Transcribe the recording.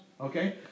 okay